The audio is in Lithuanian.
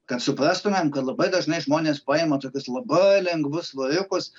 kad suprastumėm kad labai dažnai žmonės paima tokius labai lengvus svoriukus